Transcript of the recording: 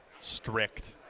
strict